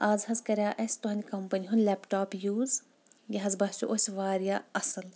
اَز حظ کریاو اَسہِ تُہنٛدِ کمپنی ہُنٛد لیپ ٹاپ یوٗز یہِ حظ باسیو اَسہِ واریاہ اَصل